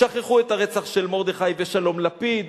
שכחו את הרצח של מרדכי ושלום לפיד,